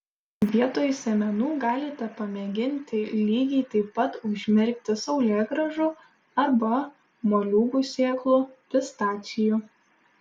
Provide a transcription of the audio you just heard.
vietoj sėmenų galite pamėginti lygiai taip pat užmerkti saulėgrąžų arba moliūgų sėklų pistacijų